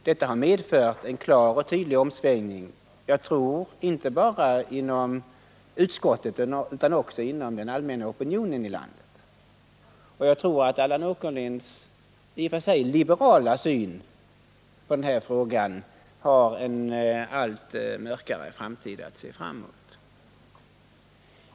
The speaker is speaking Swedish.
Detta har medfört en klar och tydlig omsvängning, såvitt jag förstår inte bara inom utskottet utan också inom den allmänna opinionen i landet. Allan Åkerlinds i och för sig liberala syn i den här frågan får nog en allt mörkare framtid.